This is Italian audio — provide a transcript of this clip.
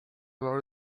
loro